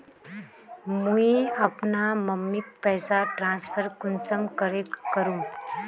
मुई अपना मम्मीक पैसा ट्रांसफर कुंसम करे करूम?